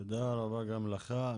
תודה רבה גם לך.